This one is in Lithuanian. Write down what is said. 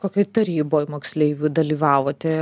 kokioj taryboj moksleivių dalyvavote